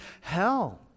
hell